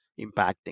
impacting